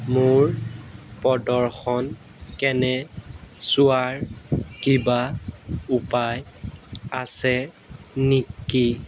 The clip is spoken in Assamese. মোৰ প্ৰদৰ্শন কেনে চোৱাৰ কিবা উপায় আছে নেকি